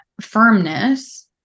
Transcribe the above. firmness